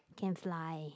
can fly